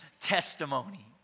testimony